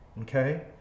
okay